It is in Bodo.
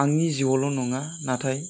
आंनि जिउयावल' नङा नाथाय